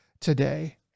today